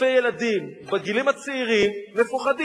לאשקלון הוא הגיע שם למקום ואמר משהו בנוסח: נצטרך להתרגל.